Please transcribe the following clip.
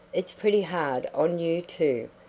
it's pretty hard on you, too,